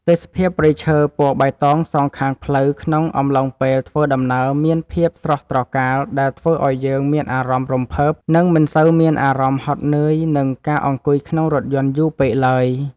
ទេសភាពព្រៃឈើពណ៌បៃតងសងខាងផ្លូវក្នុងអំឡុងពេលធ្វើដំណើរមានភាពស្រស់ត្រកាលដែលធ្វើឱ្យយើងមានអារម្មណ៍រំភើប និង មិនសូវមានអារម្មណ៍ហត់នឿយនឹងការអង្គុយក្នុងរថយន្តយូរពេកឡើយ។